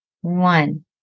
One